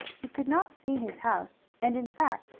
he could not see his house, and, in fact,